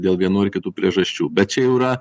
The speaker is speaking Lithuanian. dėl vienų ar kitų priežasčių bet čia jau yra